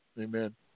Amen